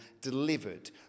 delivered